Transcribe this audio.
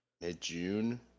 mid-June